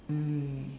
mm